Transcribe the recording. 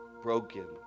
broken